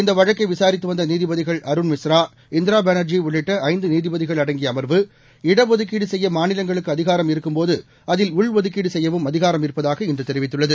இந்த வழக்கை விசாரித்து வந்த நீதிபதிகள் அருண் மிஸ்ரா இந்திரா பானர்ஜி உள்ளிட்ட ஐந்து நீதிபதிகள் அடங்கிய அமர்வு இடஒதுக்கீடு செய்ய மாநிலங்களுக்கு அதிகாரம் இருக்கும்போது அதில் உள்ஒதுக்கீடு செய்யவும் அதிகாரம் இருப்பதாக இன்று தெரிவித்துள்ளது